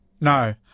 No